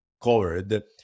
covered